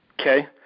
okay